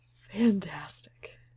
fantastic